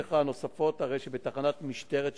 לשאלותיך הנוספות, הרי שבתחנת משטרת שלם,